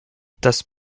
das